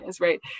right